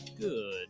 Good